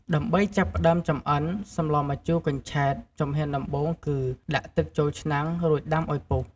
ដើម្បីចាប់ផ្តើមចម្អិន សម្លម្ជូរកញ្ឆែត ជំហានដំបូងគឺ ដាក់ទឹកចូលឆ្នាំង រួចដាំឲ្យពុះ។